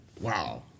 wow